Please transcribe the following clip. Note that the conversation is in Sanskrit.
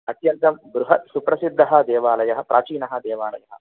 अत्यन्तं बृहत् सुप्रसिद्धः देवालयः प्राचीनः देवालयः